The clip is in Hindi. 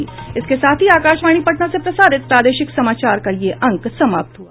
इसके साथ ही आकाशवाणी पटना से प्रसारित प्रादेशिक समाचार का ये अंक समाप्त हुआ